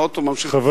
האוטו ממשיך,